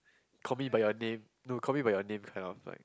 call me by your name no call me by your name kind of like